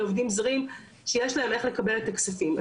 אז כן, ברגע שעובד יצא מישראל,